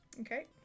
Okay